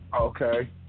Okay